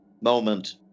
moment